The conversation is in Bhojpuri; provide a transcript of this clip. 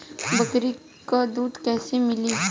बकरी क दूध कईसे मिली?